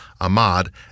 Ahmad